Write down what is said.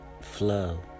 flow